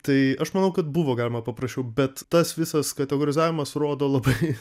tai aš manau kad buvo galima paprasčiau bet tas visas kategorizavimas rodo labai